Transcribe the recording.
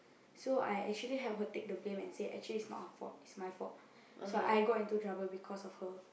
so I actually help her take the blame and say actually is not her fault is my fault so I got into trouble because of her